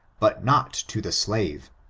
but not to the slave.